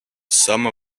some